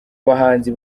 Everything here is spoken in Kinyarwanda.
bahanzi